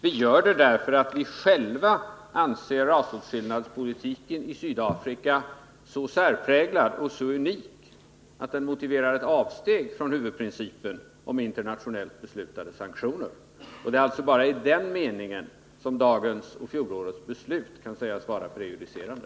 Vi gör det, därför att vi själva anser rasåtskillnadspolitiken i Sydafrika så särpräglad och unik att den motiverar ett avsteg från huvudprincipen om internationellt beslutade sanktioner. Det är alltså bara i den meningen som dagens och fjolårets beslut kan sägas vara prejudicerande.